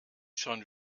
schon